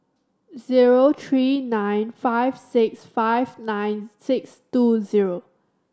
zero three nine five six five nine six two zero